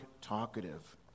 talkative